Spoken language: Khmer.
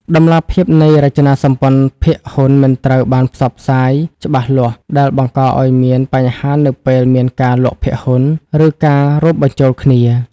តម្លាភាពនៃរចនាសម្ព័ន្ធភាគហ៊ុនមិនត្រូវបានផ្សព្វផ្សាយច្បាស់លាស់ ដែលបង្កឱ្យមានបញ្ហានៅពេលមានការលក់ភាគហ៊ុន ឬការរួមបញ្ចូលគ្នា។